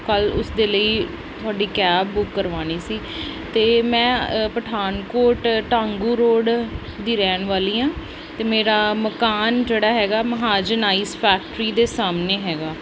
ਕੱਲ੍ਹ ਉਸ ਦੇ ਲਈ ਤੁਹਾਡੀ ਕੈਬ ਬੁੱਕ ਕਰਵਾਉਣੀ ਸੀ ਅਤੇ ਮੈਂ ਅ ਪਠਾਨਕੋਟ ਢਾਂਗੂ ਰੋਡ ਦੀ ਰਹਿਣ ਵਾਲੀ ਹਾਂ ਅਤੇ ਮੇਰਾ ਮਕਾਨ ਜਿਹੜਾ ਹੈਗਾ ਮਹਾਜਨ ਆਈਸ ਫੈਕਟਰੀ ਦੇ ਸਾਹਮਣੇ ਹੈਗਾ